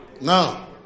No